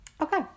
Okay